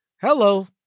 Hello